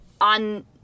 on